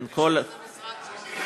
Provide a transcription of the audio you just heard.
כן, כל, יש איזה משרד ששכחת?